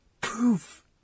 Proof